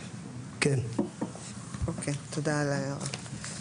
אוקיי, תודה על ההערה.